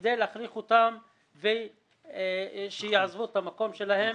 כדי להכריח אותם לעזוב את המקום שלהם.